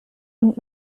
und